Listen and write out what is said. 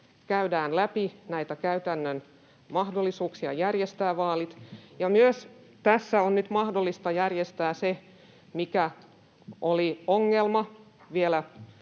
käydään läpi näitä käytännön mahdollisuuksia järjestää vaalit, ja tässä on nyt mahdollista järjestää myös se, mikä oli ongelma vielä